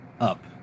up